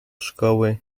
szkoły